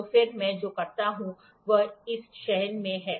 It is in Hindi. तो फिर मैं जो करता हूं वह इस चयन में है